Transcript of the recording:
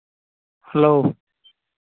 hello